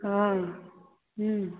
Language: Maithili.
हँ ह्म्म